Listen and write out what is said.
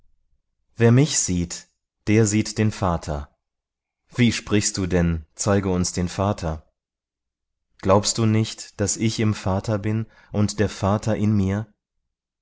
wer mich sieht der sieht den vater wie sprichst du denn zeige uns den vater glaubst du nicht daß ich im vater bin und der vater in mir